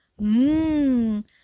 Mmm